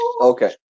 okay